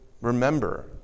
remember